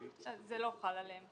זה לא חל עליהם,